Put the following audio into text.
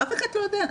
אף אחד לא יודע.